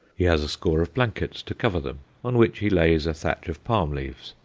he has a store of blankets to cover them, on which he lays a thatch of palm-leaves,